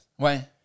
ouais